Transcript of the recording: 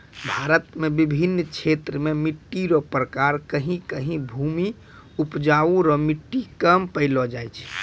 भारत मे बिभिन्न क्षेत्र मे मट्टी रो प्रकार कहीं कहीं भूमि उपजाउ रो मट्टी कम पैलो जाय छै